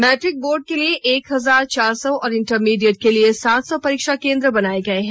matric board के लिए एक हजार चार सौ और इंटरमीडिएट के लिए सात सौ परीक्षा केंद्र बनाए गए हैं